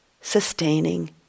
sustaining